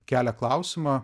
kelia klausimą